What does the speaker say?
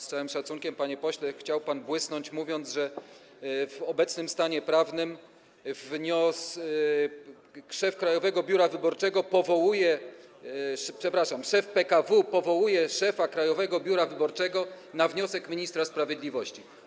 Z całym szacunkiem, panie pośle, chciał pan błysnąć, mówiąc, że w obecnym stanie prawnym szef Krajowego Biura Wyborczego, przepraszam, szef PKW powołuje szefa Krajowego Biura Wyborczego na wniosek ministra sprawiedliwości.